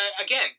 again